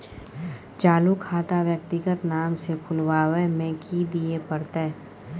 चालू खाता व्यक्तिगत नाम से खुलवाबै में कि की दिये परतै?